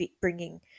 bringing